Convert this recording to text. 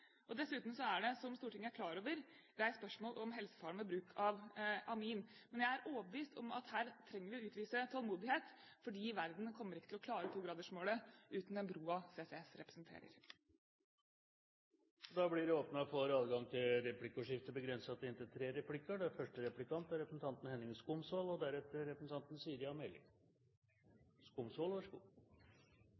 Stortinget. Dessuten er det, som Stortinget er klar over, reist spørsmål om helsefaren ved bruk av amin. Men jeg er overbevist om at her trenger vi å utvise tålmodighet, for verden kommer ikke til å klare 2-gradersmålet uten den broa CCS representerer. Det blir adgang til replikkordskifte. Den kalde vinteren har gjort at strømprisene i Midt-Norge har økt kraftig. Presset på regjeringen for å åpne opp for gasskraftverk er stort. LO-forbundet Industri Energi har sendt brev til